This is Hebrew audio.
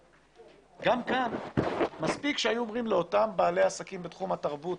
גם כאן מספיק שהיו אומרים לאותם בעלי עסקים בתחום התרבות,